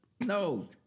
No